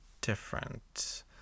different